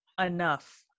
Enough